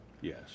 Yes